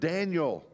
Daniel